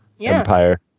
Empire